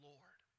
Lord